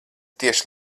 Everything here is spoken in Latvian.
tieši